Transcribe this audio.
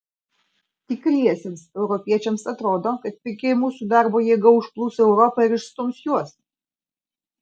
tikriesiems europiečiams atrodo kad pigi mūsų darbo jėga užplūs europą ir išstums juos